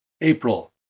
April